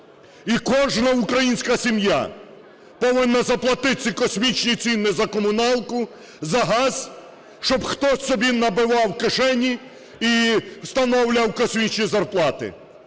І кожна українська сім'я повинна заплатити ці космічні ціни за комуналку, за газ, щоб хтось собі набивав кишені і встановлював космічні зарплати.